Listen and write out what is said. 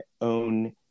own